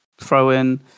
throw-in